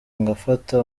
ngafata